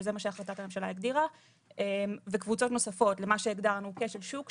שזה מה שהחלטת הממשלה הגדירה; קבוצות נוספות למה שהגדרנו כשל שוק,